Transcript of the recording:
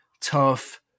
tough